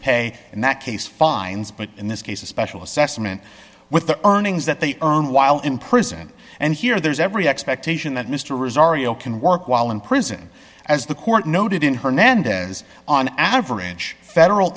pay in that case fines but in this case a special assessment with the earnings that they earn while in prison and here there's every expectation that mr reserve can work while in prison as the court noted in hernandez on average federal